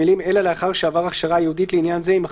המילים "אלא לאחר שעבר הכשרה ייעודית לעניין זה" יימחקו.